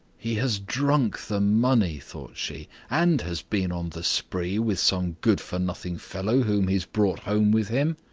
he has drunk the money thought she, and has been on the spree with some good-for-nothing fellow whom he has brought home with him.